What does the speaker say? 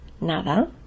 Nada